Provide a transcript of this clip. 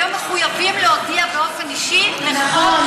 היום מחויבים להודיע באופן אישי למחוק.